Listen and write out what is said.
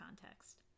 context